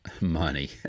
money